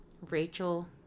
Rachel